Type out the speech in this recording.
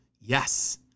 Yes